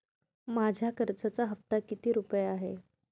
माझ्या कर्जाचा हफ्ता किती रुपये आहे?